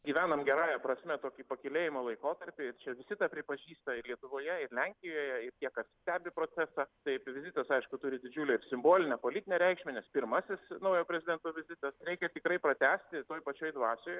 gyvenam gerąja prasme tokį pakylėjimo laikotarpį ir čia visi tą pripažįsta ir lietuvoje ir lenkijoje ir tie kas stebi procesą taip vizitas aišku turi didžiulę ir simbolinę politinę reikšmę nes pirmasis naujo prezidento vizitas reikia tikrai pratęsti toj pačioj dvasioj